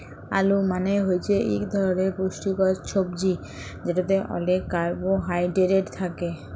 আলু মালে হছে ইক ধরলের পুষ্টিকর ছবজি যেটতে অলেক কারবোহায়ডেরেট থ্যাকে